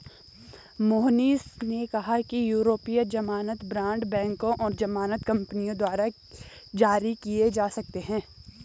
मोहनीश ने कहा कि यूरोपीय ज़मानत बॉण्ड बैंकों और ज़मानत कंपनियों द्वारा जारी किए जा सकते हैं